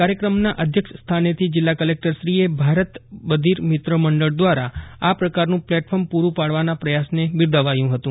કાર્યક્ષમના અધ્યક્ષસ્થાનેથી જિલ્લા કલેકટર શ્રીએ ભારત બધિર મિત્ર મંડળ દ્વારા આ પ્રકારનું પ્લેટફોર્મ પુરૂ પાડવાના પ્રચાસને બિરદાવ્યું હતું